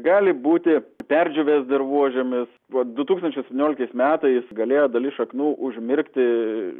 gali būti perdžiūvęs dirvožemis vat du tūkstančiai septynioliktais metais galėjo dalis šaknų užmirkti